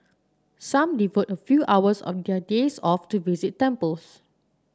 some devote a few hours of their days off to visit temples